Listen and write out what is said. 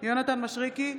יונתן מישרקי,